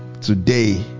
today